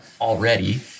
already